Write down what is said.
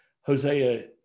Hosea